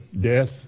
death